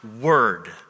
word